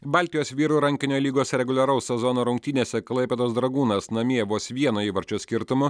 baltijos vyrų rankinio lygos reguliaraus sezono rungtynėse klaipėdos dragūnas namie vos vieno įvarčio skirtumu